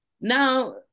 Now